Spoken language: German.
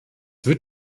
wird